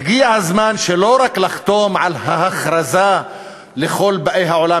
הגיע הזמן לא רק לחתום על ההכרזה לכל באי העולם